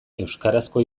euskarazko